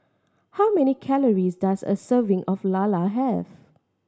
how many calories does a serving of lala have